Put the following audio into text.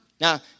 Now